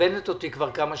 כמה שנים.